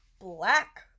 Black